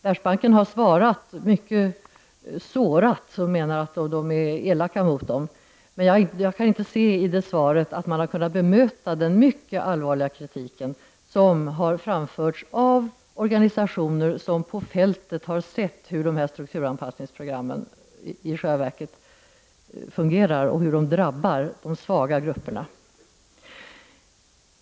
Världsbanken har svarat mycket sårat och menar att organisationerna är elaka mot den, men jag kan inte se i svaret att Världsbanken har kunnat bemöta den mycket allvarliga kritiken från organisationer som på fältet har sett hur strukturanpassningsprogramet i själva verket fungerar och hur det drabbar de svaga.